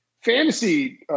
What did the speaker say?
fantasy